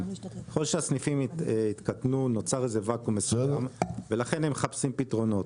ככל שהסניפים קטנו נוצר ואקום מסוים ולכן הם מחפשים פתרונות.